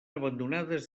abandonades